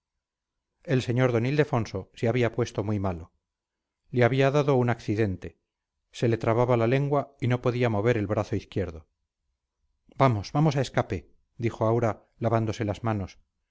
el señor d ildefonso se había puesto muy malo le había dado un accidente se le trababa la lengua y no podía mover el brazo izquierdo vamos vamos a escape dijo aura lavándose las manos